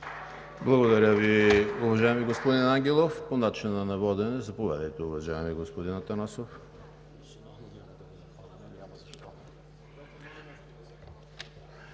Благодаря Ви, уважаеми господин Ангелов. По начина на водене – заповядайте, уважаеми господин Атанасов.